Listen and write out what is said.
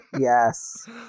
Yes